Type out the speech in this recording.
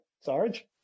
Sarge